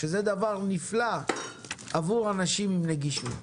שזה דבר נפלא עבור אנשים שנדרשים לנגישות.